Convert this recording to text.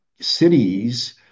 cities